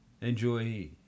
enjoy